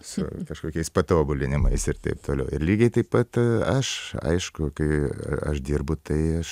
su kažkokiais patobulinimais ir taip toliau ir lygiai taip pat aš aišku kai aš dirbu tai aš